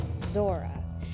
Zora